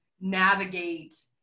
navigate